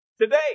Today